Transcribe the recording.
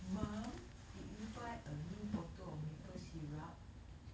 mum did you buy a new bottle of maple syrup